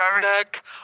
neck